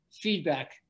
feedback